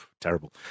Terrible